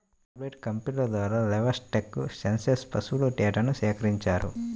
tablet కంప్యూటర్ల ద్వారా livestock census పశువుల డేటాను సేకరించారు